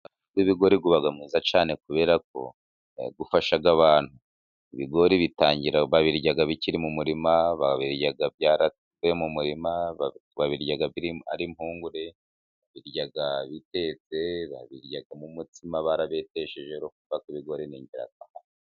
Umurima w'ibigori uba mwiza cyane kubera ko ufasha abantu, ibigori babirya bikiri mu murima babirya byaravuye mu murima, babirya ari impungure babirya bitetse, babiryamo umutsima barabetesheje urumva ko ibigori ni ingirakamaro.